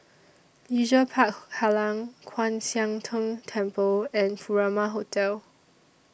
Leisure Park Kallang Kwan Siang Tng Temple and Furama Hotel